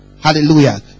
Hallelujah